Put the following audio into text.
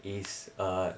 is a